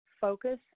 focus